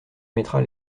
mettras